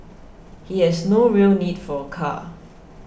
he has no real need for car